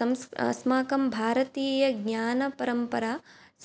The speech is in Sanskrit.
सं अस्माकं भारतीयज्ञानपरम्परा